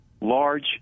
large